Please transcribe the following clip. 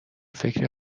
فکر